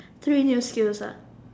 three new skills